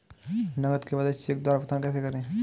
नकद के बदले चेक द्वारा भुगतान कैसे करें?